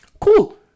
Cool